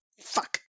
Fuck